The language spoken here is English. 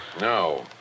No